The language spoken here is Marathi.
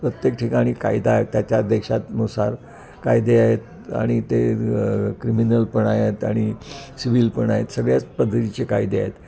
प्रत्येक ठिकाणी कायदा आहे त्याच्या देशातनुसार कायदे आहेत आणि ते क्रिमिनल पण आहेत आणि सिविल पण आहे सगळ्याच पद्धतीचे कायदे आहेत